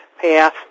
path